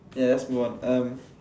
yes let's move on